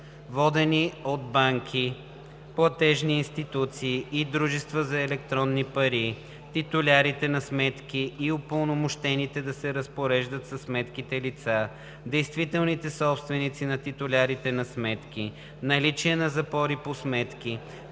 водени от банки, платежни институции и дружества за електронни пари, титулярите на сметки и упълномощените да се разпореждат със сметките лица, действителните собственици на титулярите на сметки, наличие на запори по сметки,